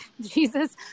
Jesus